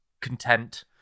content